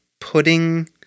pudding